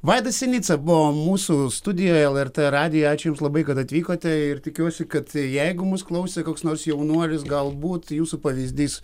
vaidas sinica buvo mūsų studijoje lrt radijuj ačiū jums labai kad atvykote ir tikiuosi kad jeigu mus klausė koks nors jaunuolis galbūt jūsų pavyzdys